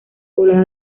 poblada